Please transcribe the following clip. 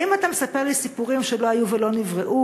האם אתה מספר לי סיפורים שלא היו ולא נבראו?